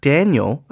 Daniel